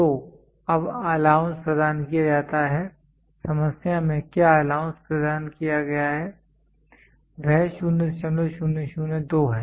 तो अब अलाउंस प्रदान किया जाता है समस्या में क्या अलाउंस प्रदान किया गया है वह 0002 है